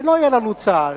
שלא יהיה לנו צה"ל,